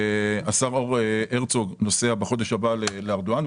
הנשיא הרצוג נוסע בחודש הבא לארדואן.